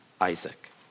Isaac